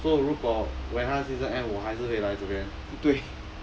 so 如果 when 它 season end 我还是会来这边